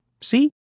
See